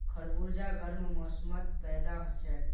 खरबूजा गर्म मौसमत पैदा हछेक